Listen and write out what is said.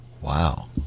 Wow